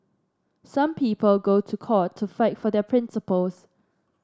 some people go to court to fight for their principles